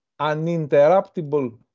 uninterruptible